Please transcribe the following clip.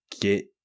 get